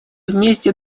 вместе